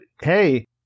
hey